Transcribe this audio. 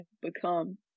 become